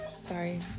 Sorry